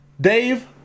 Dave